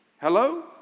Hello